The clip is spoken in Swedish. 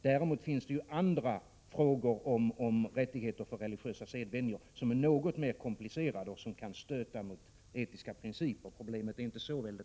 Däremot finns det andra frågor om rättigheter för religiösa sedvänjor som är något mer komplicerade och som kan stöta mot etiska principer. Problemet är inte så enkelt.